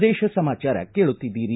ಪ್ರದೇಶ ಸಮಾಚಾರ ಕೇಳುತ್ತಿದ್ದೀರಿ